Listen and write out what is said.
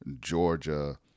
Georgia